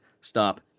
stop